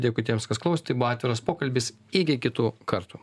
dėkui tiems kas klausė tai buvo atviras pokalbis iki kitų kartų